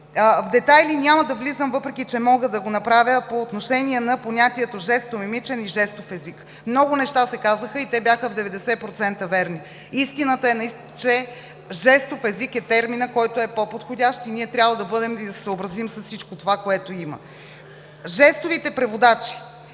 В детайли няма да влизам, въпреки че мога да го направя по отношение на понятието „жестомимичен и жестов език“. Много неща се казаха и бяха в 90% верни. Истината е, че „жестов език“ е терминът, който е по-подходящ, и ние трябва да се съобразим с всичко това, което има. Жестовите преводачи